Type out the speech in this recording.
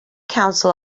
counsel